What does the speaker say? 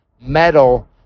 metal